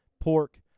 pork